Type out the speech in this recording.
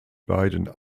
beiden